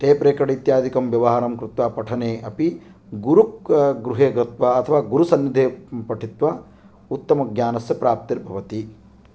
tape record इत्यादिकं व्यवहारं कृत्वा पठने अपि गुरु गृहे गत्वा अथवा गुरुसन्निधे पठित्वा उत्तमज्ञानस्य प्राप्तिर्भवति